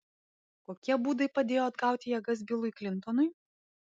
kokie būdai padėjo atgauti jėgas bilui klintonui